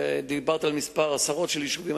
דיברת על מספר, על עשרות יישובים.